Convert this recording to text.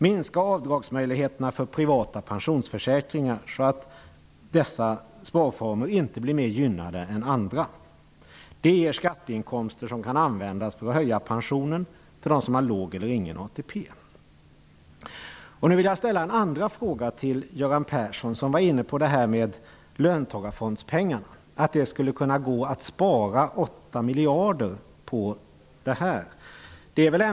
Minska avdragsmöjligheterna för privata pensionsförsäkringar så att dessa sparformer inte blir mer gynnade än andra. Detta ger skatteinkomster som kan användas för att höja pensionen för dem som har låg eller ingen ATP. Jag vill ställa en andra fråga till Göran Persson, som var inne på löntagarfondspengarna. Han ansåg att det skulle gå att spara 8 miljarder.